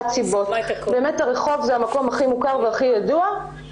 למרות הגידול באוכלוסייה,